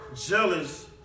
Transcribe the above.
jealous